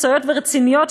מקצועיות ורציניות,